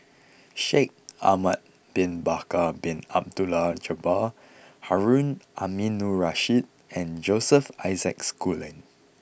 Shaikh Ahmad bin Bakar Bin Abdullah Jabbar Harun Aminurrashid and Joseph Isaac Schooling